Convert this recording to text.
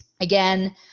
Again